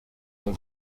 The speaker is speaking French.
sont